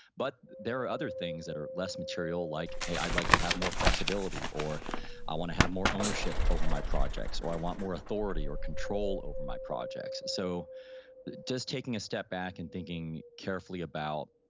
but there are other things that are less material like, hey, i'd like to have more flexibility, or i want to have more ownership over my projects, or i want more authority or control over my projects so just taking a step back and thinking carefully about,